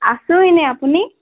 আছো এনেই আপুনি